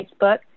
Facebook